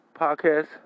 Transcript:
podcast